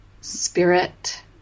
spirit